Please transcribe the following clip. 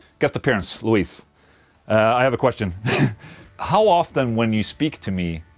guest appearance, louise i have a question how often when you speak to me.